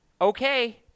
okay